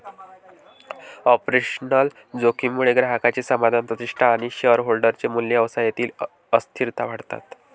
operational जोखीम मुळे ग्राहकांचे समाधान, प्रतिष्ठा आणि शेअरहोल्डर चे मूल्य, व्यवसायातील अस्थिरता वाढतात